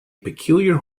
peculiar